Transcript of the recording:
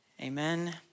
Amen